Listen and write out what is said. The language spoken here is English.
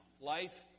Life